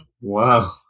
Wow